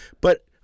But-